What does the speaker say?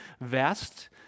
vest